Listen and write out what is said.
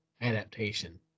adaptation